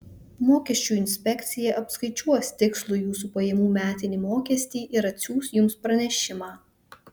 mokesčių inspekcija apskaičiuos tikslų jūsų pajamų metinį mokestį ir atsiųs jums pranešimą